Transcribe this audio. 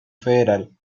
federal